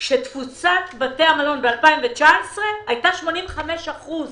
כאשר תפוסת בתי המלון ב-2019 הייתה 85 אחוזים.